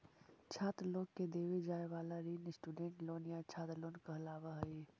छात्र लोग के देवे जाए वाला ऋण स्टूडेंट लोन या छात्र लोन कहलावऽ हई